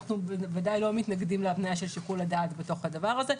אנחנו בוודאי לא מתנגדים להבניה של שיקול הדעת בתוך הדבר הזה.